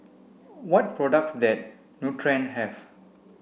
what product Nutren have